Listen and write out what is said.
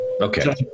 Okay